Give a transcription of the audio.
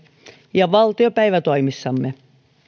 ja valtiopäivätoimissamme